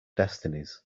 destinies